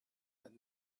but